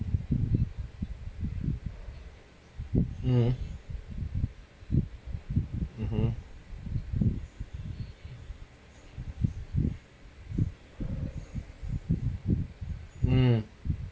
um mmhmm um